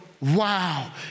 wow